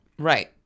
Right